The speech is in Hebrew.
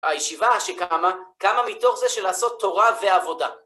הישיבה שקמה, מה? קמה מתוך זה של לעשות תורה ועבודה.